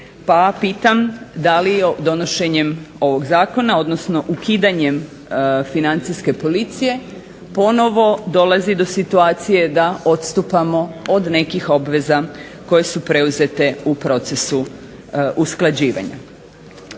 Pa pitam da li donošenjem ovog Zakona odnosno ukidanjem Financijske policije ponovo dolazi do situacije da odstupamo od nekih obveza koje su preuzete u procesu usklađivanja.